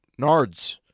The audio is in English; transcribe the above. nards